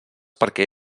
perquè